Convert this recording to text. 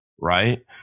right